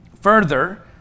Further